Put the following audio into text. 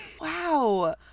Wow